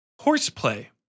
horseplay